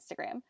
Instagram